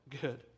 good